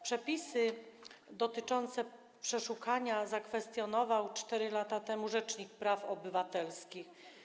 Przepisy dotyczące przeszukania zakwestionował 4 lata temu rzecznik praw obywatelskich.